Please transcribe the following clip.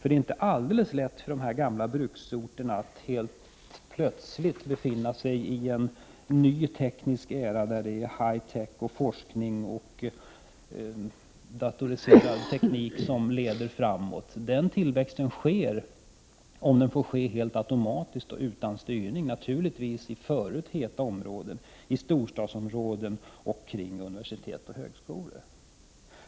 Det är inte så lätt för de gamla bruksorterna att plötsligt befinna sig i en ny teknisk era med high-tech, forskning och datoriserad teknik, som leder framåt. En sådan tillväxt sker, om den fortgår helt automatiskt och utan styrning, naturligtvis i förut heta områden, i storstadsområden och kring regioner med universitet och högskolor.